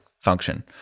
Function